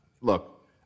look